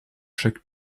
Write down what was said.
chaque